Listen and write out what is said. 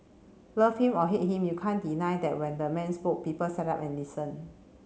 love him or hate him you can't deny that when the man spoke people sat up and listened